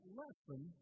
lesson